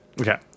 Okay